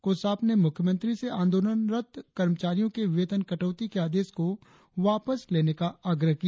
कोसाप ने मुख्यमंत्री से आंदोलनरत कर्मचारियों के वेतम कटौती के आदेश को वापस लेने का आग्रह किया